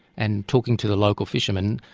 and talking to the local fishermen,